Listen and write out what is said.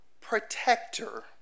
protector